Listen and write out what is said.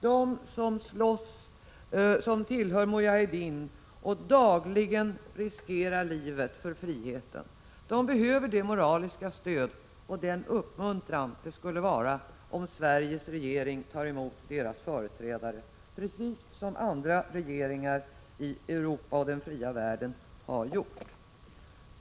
De som tillhör Mujahedin och som dagligen riskerar livet för friheten behöver det moraliska stöd och den uppmuntran som det skulle vara om Sveriges regering tar emot deras företrädare, precis som andra regeringar i Europa och den fria världen har gjort.